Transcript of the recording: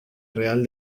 real